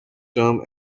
term